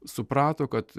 suprato kad